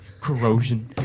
corrosion